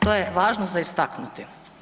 To je važno za istaknuti.